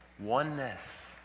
oneness